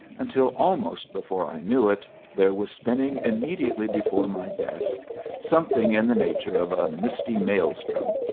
until almost before i knew it there was spinning immediately before my desk something in the nature of a misty maelstrom,